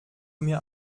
mir